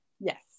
Yes